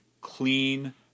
clean